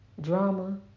drama